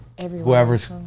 whoever's